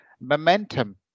momentum